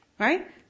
Right